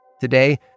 Today